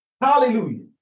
Hallelujah